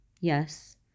Yes